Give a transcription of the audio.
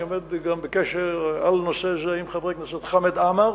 אני עומד בקשר בנושא זה גם עם חבר הכנסת חמד עמאר,